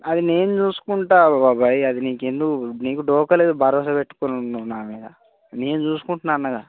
అది నేను చూసుకుంటాను బాబాయ్ అది నీకు ఎందుకు నీకు డోకా లేదు భరోసా పెట్టుకో నువ్వ్ నువ్వు నా మీద నేను చూసుకుంటున్నాను అన్నగా